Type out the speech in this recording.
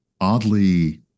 oddly